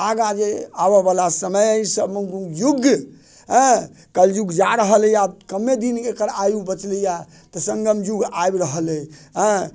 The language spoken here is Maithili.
आगाँ जे आबे बला समय अइ युग अइ कलयुग जा रहल अइ आब कमे दिन एकर आयु बचलैया तऽ सङ्गम युग आबि रहल अइ